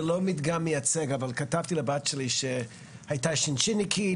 זה לא מדגם מייצג אבל כתבתי לבת שלי שהייתה בשנת שירות